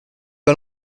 pas